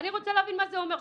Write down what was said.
אני רוצה להבין מה זה אומר.